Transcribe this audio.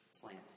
plant